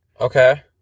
Okay